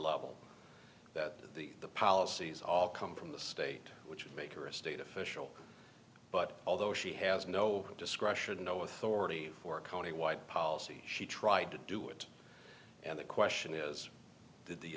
level that the policies all come from the state which would make her a state official but although she has no discretion no authority for countywide policy she tried to do it and the question is the